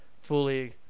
fully –